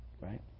right